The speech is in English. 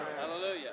Hallelujah